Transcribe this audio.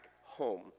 home